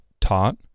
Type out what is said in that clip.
taught